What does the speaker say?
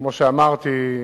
כמו שאמרתי,